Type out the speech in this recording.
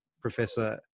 professor